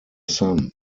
son